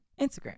Instagram